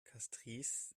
castries